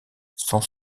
sans